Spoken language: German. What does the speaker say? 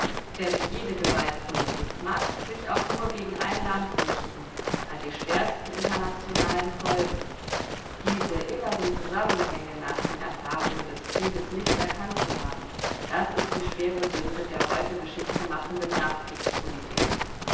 denn jede gewaltpolitik mag sie sich auch nur gegen ein land richten hat die schwersten internationalen folgen diese innern zusammenhänge nach den erfahrungen des krieges nicht erkannt zu haben das ist die schwere sünde der heute geschichte machenden